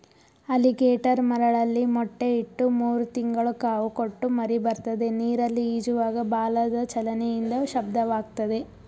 alligator ಮರಳಲ್ಲಿ ಮೊಟ್ಟೆ ಇಟ್ಟು ಮೂರು ತಿಂಗಳು ಕಾವು ಕೊಟ್ಟು ಮರಿಬರ್ತದೆ ನೀರಲ್ಲಿ ಈಜುವಾಗ ಬಾಲದ ಚಲನೆಯಿಂದ ಶಬ್ದವಾಗ್ತದೆ